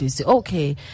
Okay